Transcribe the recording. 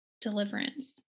deliverance